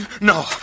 No